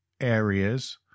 areas